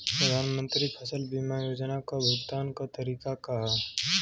प्रधानमंत्री फसल बीमा योजना क भुगतान क तरीकाका ह?